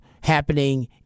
happening